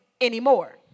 anymore